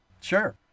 Sure